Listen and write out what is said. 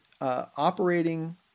operating